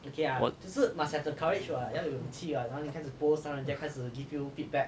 我